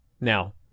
Now